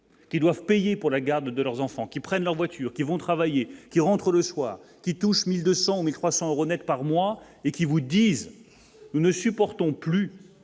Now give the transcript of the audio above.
qui doivent payer pour la garde de leurs enfants qui prennent leurs voitures qui vont travailler, qui rentrent le soir, qui touche 1200 ou 1300 euros Net par mois et qui vous disent : nous ne supportons plus